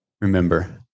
Remember